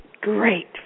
great